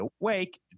Awake